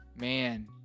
man